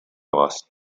race